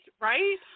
right